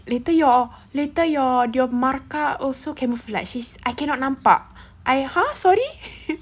later your later your your marker also camouflage sis I cannot nampak I !huh! sorry